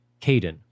Caden